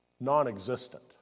non-existent